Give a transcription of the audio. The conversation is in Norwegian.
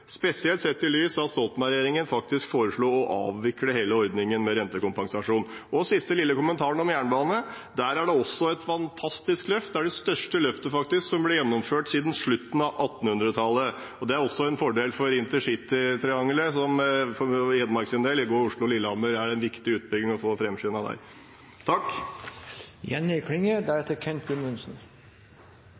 spesielt sett i lys av at Stoltenberg-regjeringen faktisk foreslo å avvikle hele ordningen med rentekompensasjon. En siste lille kommentar om jernbane: Der er det også et fantastisk løft – faktisk det største løftet som blir gjennomført siden slutten av 1800-tallet – og det er også en fordel for intercitytriangelet, som for Hedmark sin del, med Oslo–Lillehammer, er en viktig utbygging å få